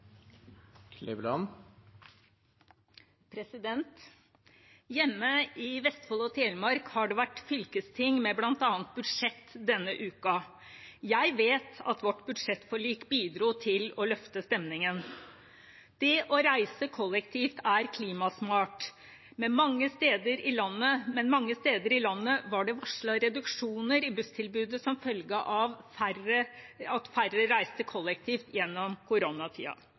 Hjemme i Vestfold og Telemark har det vært fylkesting med bl.a. budsjett denne uka. Jeg vet at vårt budsjettforlik bidro til å løfte stemningen. Det å reise kollektivt er klimasmart, men mange steder i landet var det varslet reduksjoner i busstilbudet som følge av at færre reiste kollektivt gjennom